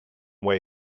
way